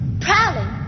Prowling